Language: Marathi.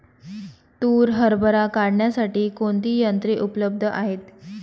तूर हरभरा काढण्यासाठी कोणती यंत्रे उपलब्ध आहेत?